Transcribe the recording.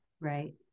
Right